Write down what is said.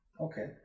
Okay